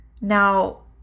Now